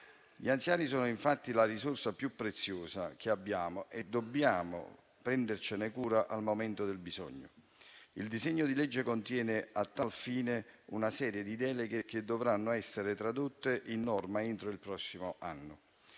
Gli anziani sono, infatti, la risorsa più preziosa che abbiamo e dobbiamo prendercene cura nel momento del bisogno. Il disegno di legge contiene, a tal fine, una serie di deleghe che dovranno essere tradotte in norma entro il prossimo anno.